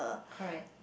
correct